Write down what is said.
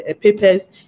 papers